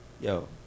yo